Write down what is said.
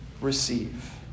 receive